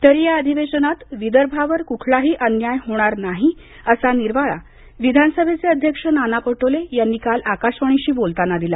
तरी या अधिवेशनात विदर्भावर कुठलाही अन्याय होणार नाही असा निर्वाळा विधानसभेचे अध्यक्ष नाना पटोले यांनी काल आकाशवाणीशी बोलताना दिला